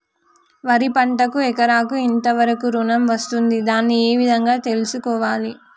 వరి పంటకు ఎకరాకు ఎంత వరకు ఋణం వస్తుంది దాన్ని ఏ విధంగా తెలుసుకోవాలి?